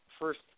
first